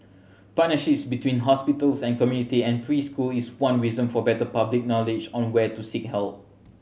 partnerships between hospitals and community and preschools is one reason for better public knowledge on where to seek help